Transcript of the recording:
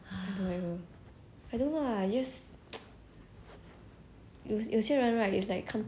有有些人 right is like 看不顺眼 she's one of them lor mmhmm